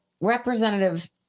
Representative